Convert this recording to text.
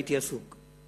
הייתי עסוק.